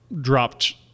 dropped